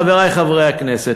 חברי חברי הכנסת,